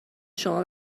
شما